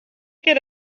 get